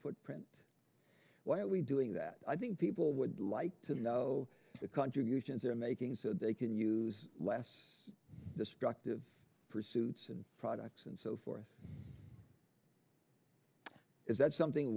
footprint why are we doing that i think people would like to know the contributions they're making so they can use less destructive pursuits and products and so forth is that something